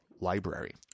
library